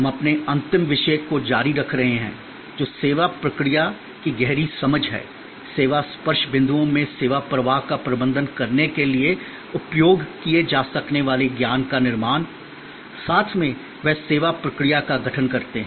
हम अपने अंतिम विषय को जारी रख रहे हैं जो सेवा प्रक्रिया की गहरी समझ है सेवा स्पर्श बिंदुओं में सेवा प्रवाह का प्रबंधन करने के लिए उपयोग किए जा सकने वाले ज्ञान का निर्माण साथ में वे सेवा प्रक्रिया का गठन करते हैं